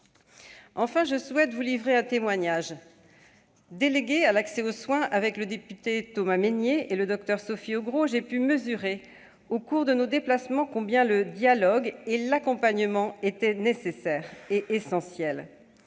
propos, je souhaite vous livrer un témoignage. Déléguée à l'accès aux soins avec le député Thomas Mesnier et le docteur Sophie Augros, j'ai pu mesurer, au cours de nos déplacements, combien le dialogue et l'accompagnement étaient nécessaires et essentiels.